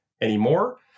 anymore